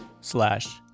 slash